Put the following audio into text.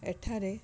ଏଠାରେ